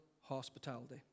hospitality